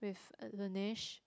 with Laneige